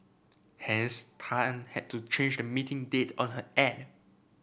hence Tan had to change the meeting date on her end